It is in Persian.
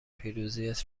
پیروزیت